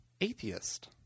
Atheist